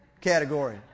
category